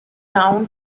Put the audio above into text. town